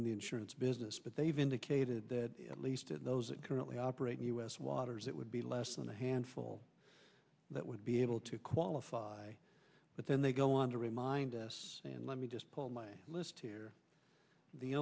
in the insurance business but they've indicated that at least in those currently operating u s waters it would be less than a handful that would be able to qualify but then they go on to remind us and let me just pull my list here the